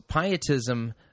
pietism